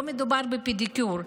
לא מדובר בפדיקור.